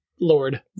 lord